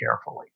carefully